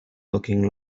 looking